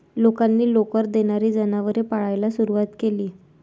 लोकांनी लोकर देणारी जनावरे पाळायला सुरवात केली